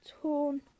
torn